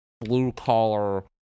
blue-collar